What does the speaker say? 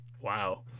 wow